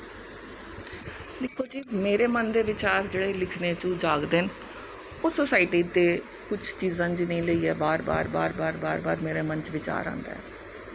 दिक्खो जी मेरे मन दे बिचार जेह्ड़े लिखने च ओह् जागदे न ओह् सोसाइटी दे कुछ चीजां जि'नें गी लेइयै बार बार बार मेरै मन च बिचार आंदा ऐ